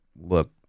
look